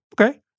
Okay